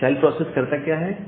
यह child process करता क्या है